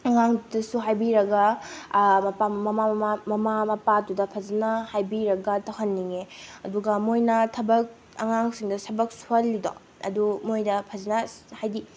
ꯑꯉꯥꯡꯗꯨꯗꯁꯨ ꯍꯥꯏꯕꯤꯔꯒ ꯃꯄꯥ ꯃꯃꯥ ꯃꯃꯥ ꯃꯃꯥ ꯃꯄꯥꯗꯨꯗ ꯐꯖꯅ ꯍꯥꯏꯕꯤꯔꯒ ꯇꯧꯍꯟꯅꯤꯡꯉꯦ ꯑꯗꯨꯒ ꯃꯣꯏꯅ ꯊꯕꯛ ꯑꯉꯥꯡꯁꯤꯡꯗ ꯊꯕꯛ ꯁꯨꯍꯜꯂꯤꯗꯣ ꯑꯗꯨ ꯃꯣꯏꯗ ꯐꯖꯅ ꯍꯥꯏꯗꯤ